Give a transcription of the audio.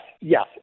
Yes